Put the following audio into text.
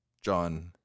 john